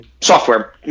software